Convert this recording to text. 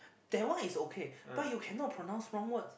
that one is okay but you cannot pronounce wrong words